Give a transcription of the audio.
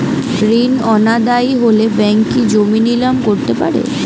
ঋণ অনাদায়ি হলে ব্যাঙ্ক কি জমি নিলাম করতে পারে?